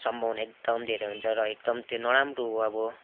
सम्भवना एकदम धेरै हुन्छ र एकदम त्यो नराम्रो हो अब